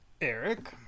Eric